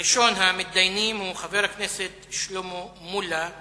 ראשון המתדיינים הוא חבר הכנסת שלמה מולה,